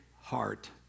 heart